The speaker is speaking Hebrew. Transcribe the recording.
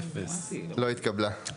0 ההסתייגות לא התקבלה.